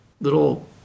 little